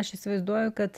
aš įsivaizduoju kad